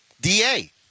DA